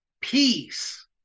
peace